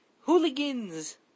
hooligans